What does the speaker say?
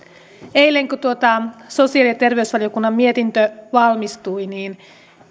eilen kun sosiaali ja terveysvaliokunnan mietintö valmistui niin